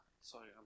Sorry